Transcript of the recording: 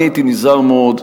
אני הייתי נזהר מאוד,